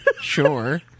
Sure